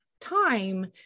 time